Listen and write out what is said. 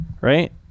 right